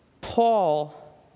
Paul